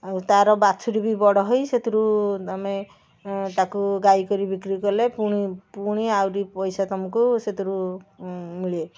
ଆଉ ତାର ବାଛୁରୀ ବି ବଡ଼ ହୋଇ ସେଥିରୁ ଆମେ ତାକୁ ଗାଈ କରି ବିକ୍ରି କଲେ ପୁଣି ପୁଣି ଆହୁରି ପଇସା ତୁମକୁ ସେଥିରୁ ମିଳେ